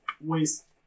waste